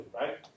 right